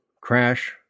crash